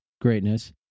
greatness